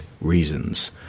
reasons